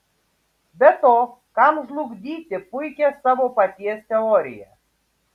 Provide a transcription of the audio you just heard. be to kam žlugdyti puikią savo paties teoriją